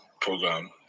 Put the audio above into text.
program